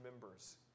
members